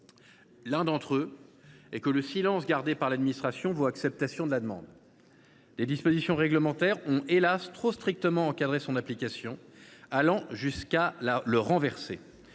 L’un d’entre eux est que le silence gardé par l’administration vaut acceptation de la demande. Des dispositions réglementaires ont, hélas ! trop strictement encadré l’application de ce principe, allant jusqu’à le renverser.